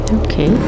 okay